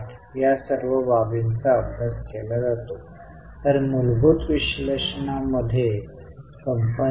म्हणून आपण balance sheet च्या उत्तरदायित्वापासून सुरुवात केली या खुणा होते